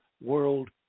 World